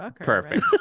Perfect